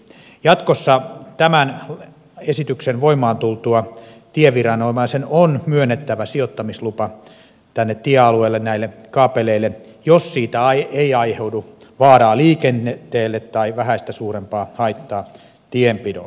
jatkossa tämän esityksen voimaan tultua tieviranomaisen on myönnettävä sijoittamislupa tänne tiealueelle näille kaapeleille jos siitä ei aiheudu vaaraa liikenteelle tai vähäistä suurempaa haittaa tienpidolle